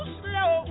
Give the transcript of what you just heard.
slow